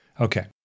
Okay